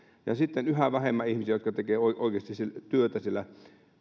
ja sitten yhä vähemmän ihmisiä jotka tekevät oikeasti työtä siellä